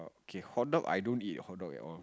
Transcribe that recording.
K hotdog I don't eat hotdog at all